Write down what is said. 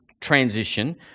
transition